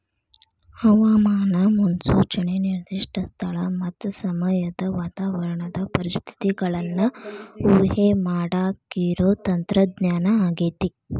ಹವಾಮಾನ ಮುನ್ಸೂಚನೆ ನಿರ್ದಿಷ್ಟ ಸ್ಥಳ ಮತ್ತ ಸಮಯದ ವಾತಾವರಣದ ಪರಿಸ್ಥಿತಿಗಳನ್ನ ಊಹೆಮಾಡಾಕಿರೋ ತಂತ್ರಜ್ಞಾನ ಆಗೇತಿ